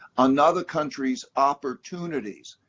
another country's opportunities.